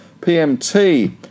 PMT